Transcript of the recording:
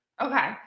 Okay